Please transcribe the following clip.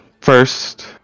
first